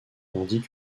tandis